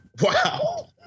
Wow